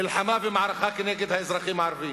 מלחמה ומערכה כנגד האזרחים הערבים.